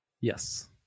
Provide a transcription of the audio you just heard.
Yes